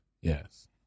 Yes